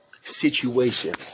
situation